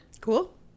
Cool